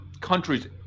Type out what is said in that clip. countries